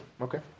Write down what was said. Okay